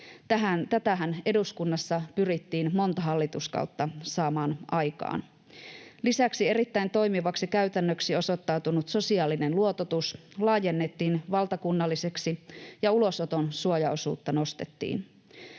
Tätähän eduskunnassa pyrittiin monta hallituskautta saamaan aikaan. Lisäksi erittäin toimivaksi käytännöksi osoittautunut sosiaalinen luototus laajennettiin valtakunnalliseksi, ja ulosoton suojaosuutta nostettiin.